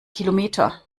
kilometer